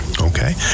okay